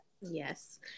Yes